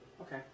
Okay